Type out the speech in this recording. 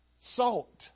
salt